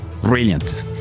Brilliant